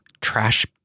trash